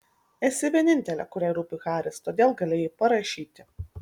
esi vienintelė kuriai rūpi haris todėl galėjai parašyti